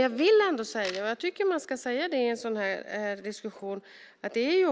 Jag tycker att man i en sådan här diskussion